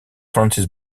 francis